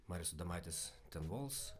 marius adomaitis ten vols